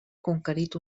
conquerit